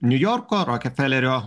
niujorko rokefelerio